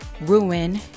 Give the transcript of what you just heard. ruin